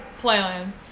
Playland